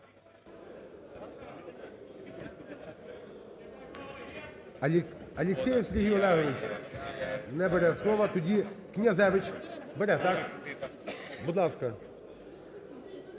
Алєксєєв Сергій Олегович не бере слово. Тоді Князевич. Бере, так? Будь ласка.